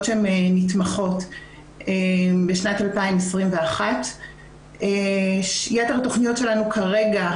שהן נתמכות בשנת 2021. יתר התכניות שלנו כרגע,